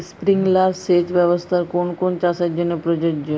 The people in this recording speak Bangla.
স্প্রিংলার সেচ ব্যবস্থার কোন কোন চাষের জন্য প্রযোজ্য?